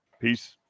Peace